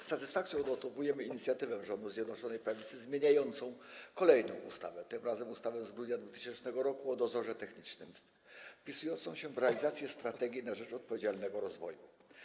Z satysfakcją odnotowujemy inicjatywę rządów Zjednoczonej Prawicy zmieniającą kolejną ustawę, tym razem ustawę z grudnia 2000 r. o dozorze technicznym wpisującą się w realizację „Strategii na rzecz odpowiedzialnego rozwoju”